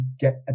get